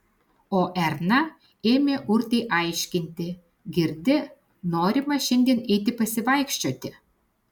o erna ėmė urtei aiškinti girdi norima šiandien eiti pasivaikščioti